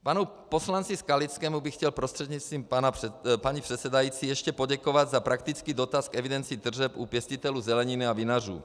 Panu poslanci Skalickému bych chtěl prostřednictvím paní předsedající ještě poděkovat za praktický dotaz k evidenci tržeb u pěstitelů zeleniny a vinařů.